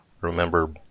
remember